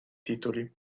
titoli